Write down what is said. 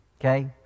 Okay